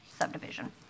subdivision